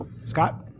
Scott